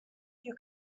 you